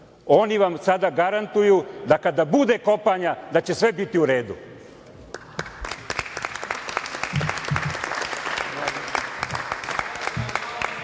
Oni vam sada garantuju da kada bude kopanja, da će sve biti u redu. Rekli